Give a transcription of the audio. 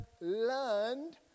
learned